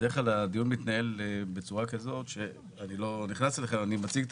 בדרך כלל הדיון מתנהל בצורה כזו שאני מציג את